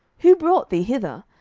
who brought thee hither?